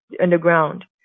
underground